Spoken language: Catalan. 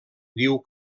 diu